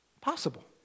Possible